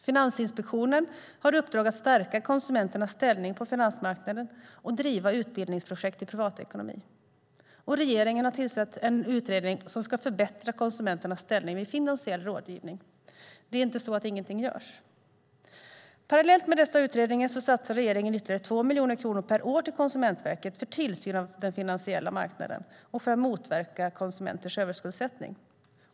Finansinspektionen har i uppdrag att stärka konsumenternas ställning på finansmarknaden och driva utbildningsprojekt i privatekonomi. Regeringen har tillsatt en utredning som ska förbättra konsumenternas ställning vid finansiell rådgivning. Det är inte så att ingenting görs. Parallellt med dessa utredningar satsar regeringen ytterligare 2 miljoner kronor per år på Konsumentverket för tillsyn av den finansiella marknaden och för att motverka konsumenters överskuldsättning.